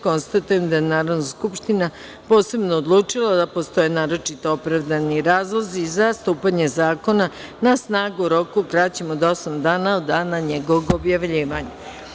Konstatujem da je Narodna skupština posebno odlučila da postoje naročito opravdani razlozi za stupanje zakona na snagu u roku kraćem od osam dana od dana njegovog objavljivanja.